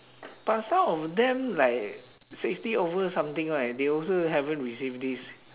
but some of them like sixty over something right they also haven't receive this